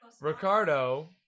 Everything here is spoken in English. Ricardo